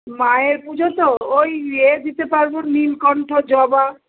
মায়ের পুজো তো ওই এ দিতে পারব নীলকণ্ঠ জবা